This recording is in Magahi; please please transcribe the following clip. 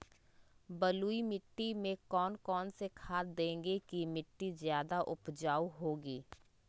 बलुई मिट्टी में कौन कौन से खाद देगें की मिट्टी ज्यादा उपजाऊ होगी?